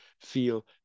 feel